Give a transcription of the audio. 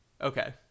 Okay